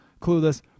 clueless